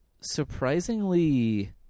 surprisingly